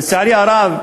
לצערי הרב,